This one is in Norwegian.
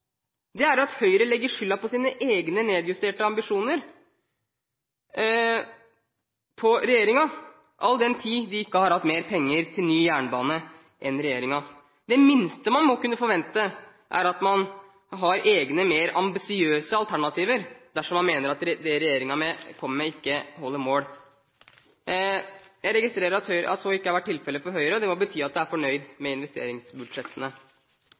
er at Høyre legger skylden for sine egne nedjusterte ambisjoner på regjeringen, all den tid de ikke har hatt mer penger til ny jernbane enn regjeringen. Det minste man må kunne forvente er at man har egne, mer ambisiøse alternativer dersom man mener at det regjeringen kommer med, ikke holder mål. Jeg registrerer at så ikke har vært tilfelle for Høyre, og det må bety at de er fornøyd med investeringsbudsjettene.